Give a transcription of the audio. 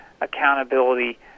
accountability